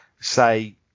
Say